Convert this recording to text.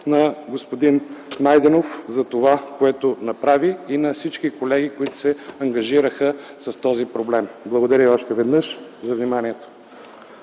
на господин Найденов, затова което направи, и на всички колеги, които се ангажираха с този проблем. Благодаря за вниманието.